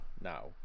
now